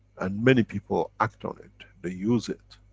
and many people act on it. they use it.